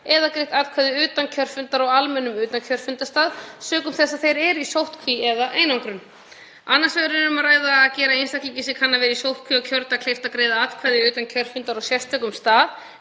eða greitt atkvæði utan kjörfundar á almennum utankjörfundarstað sökum þess að þeir eru í sóttkví eða einangrun. Annars vegar er um að ræða að gera einstaklingi sem kann að vera í sóttkví á kjördag kleift að greiða atkvæði utan kjörfundar á sérstökum stað,